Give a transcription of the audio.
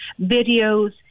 videos